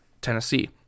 Tennessee